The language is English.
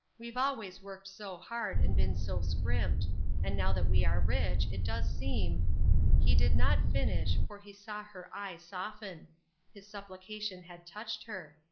we've always worked so hard and been so scrimped and now that we are rich, it does seem he did not finish, for he saw her eye soften his supplication had touched her.